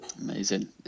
Amazing